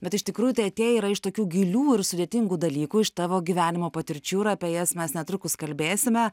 bet iš tikrųjų tai atėję yra iš tokių gilių ir sudėtingų dalykų iš tavo gyvenimo patirčių ir apie jas mes netrukus kalbėsime